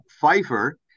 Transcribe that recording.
Pfeiffer